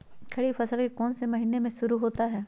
खरीफ फसल कौन में से महीने से शुरू होता है?